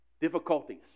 Difficulties